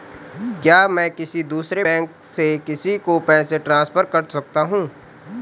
क्या मैं किसी दूसरे बैंक से किसी को पैसे ट्रांसफर कर सकता हूँ?